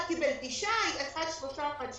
אחד קיבל תשעה, אחד שלושה, אחד שישה.